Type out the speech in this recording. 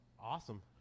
Awesome